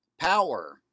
power